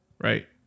Right